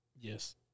yes